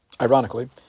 ironically